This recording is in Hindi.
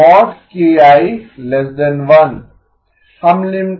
k i